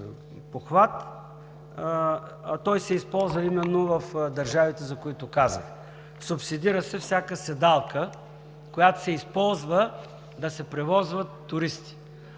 похват, а той се използва именно в държавите, за които казах – субсидира се всяка седалка, която се използва да се превозват туристи.